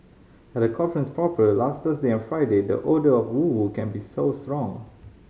at the conference proper last Thursday and Friday the odour of woo woo can be so strong